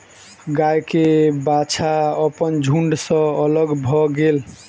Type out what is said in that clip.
गाय के बाछा अपन झुण्ड सॅ अलग भअ गेल